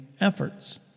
efforts